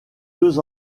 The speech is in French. deux